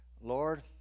Lord